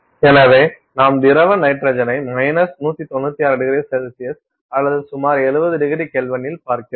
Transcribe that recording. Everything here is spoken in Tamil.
எனவே நாம் திரவ நைட்ரஜனை மைனஸ் 196ºC அல்லது சுமார் 70ºK இல் பார்க்கிறோம்